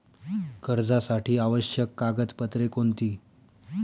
कर्जासाठी आवश्यक कागदपत्रे कोणती?